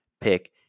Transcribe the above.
pick